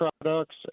products